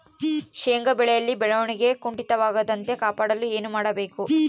ಶೇಂಗಾ ಬೆಳೆಯಲ್ಲಿ ಬೆಳವಣಿಗೆ ಕುಂಠಿತವಾಗದಂತೆ ಕಾಪಾಡಲು ಏನು ಮಾಡಬೇಕು?